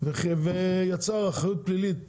ויצר אחריות פלילית